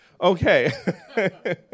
Okay